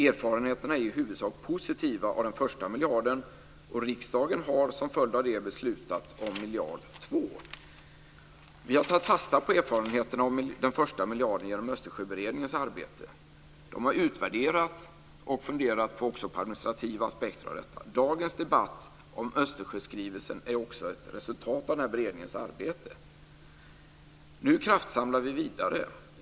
Erfarenheterna av den första miljarden är i huvudsak positiva. Riksdagen har till följd av det beslutat om den andra miljarden. Vi har tagit fasta på erfarenheterna av den första miljarden genom Östersjöberedningens arbete. De har utvärderat och funderat på administrativa aspekter av detta. Dagens debatt om Östersjöskrivelsen är också ett resultat av beredningens arbete. Nu kraftsamlar vi vidare.